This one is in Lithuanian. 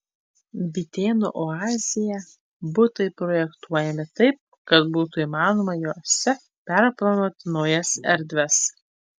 bitėnų oazėje butai projektuojami taip kad būtų įmanoma juose perplanuoti naujas erdves